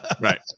Right